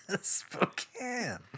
Spokane